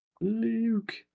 Luke